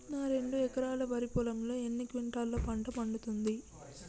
నా రెండు ఎకరాల వరి పొలంలో ఎన్ని క్వింటాలా పంట పండుతది?